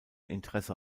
interesse